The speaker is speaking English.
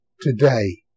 today